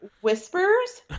whispers